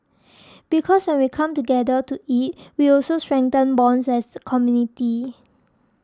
because when we come together to eat we also strengthen bonds as community